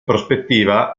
prospettiva